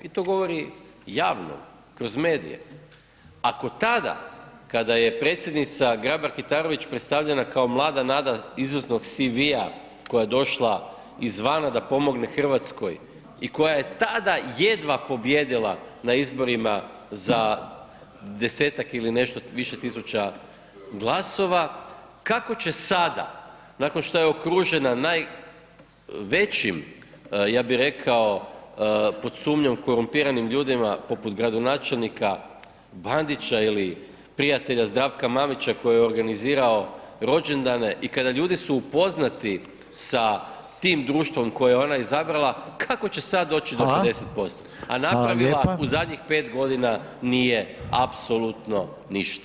I to govori javno kroz medije, ako tada kada je predsjednica Grabar Kitarović predstavljena kao mlada nada izvrsnog CV-a koja je došla izvana da pomogne Hrvatskoj i koja je tada jedva pobijedila na izborima za desetak ili nešto više tisuća glasova kako će sada nakon što je okružena najvećim, ja bih rekao, pod sumnjom korumpiranim ljudima poput gradonačelnika Bandića ili prijatelja Zdravka Mamića koji je organizirao rođendane i kada ljudi su upoznati sa tim društvom koje je ona izabrala kako će sada doći do 50% a napravila u zadnjih 5 godina nije apsolutno ništa.